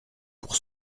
pour